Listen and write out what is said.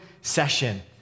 Session